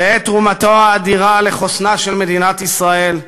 תהא תרומתו האדירה לחוסנה של מדינת ישראל,